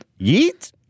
Yeet